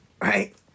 right